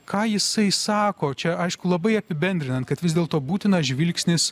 ką jisai sako čia aišku labai apibendrinant kad vis dėlto būtinas žvilgsnis